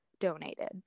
donated